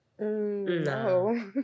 No